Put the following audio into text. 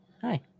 hi